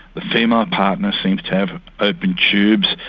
the female partner seems to have open tubes,